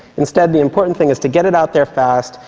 instead, the important thing is to get it out there fast,